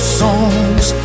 Songs